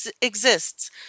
exists